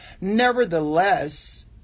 Nevertheless